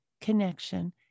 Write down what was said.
connection